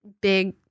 big